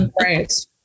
right